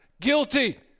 guilty